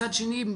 מצד שני,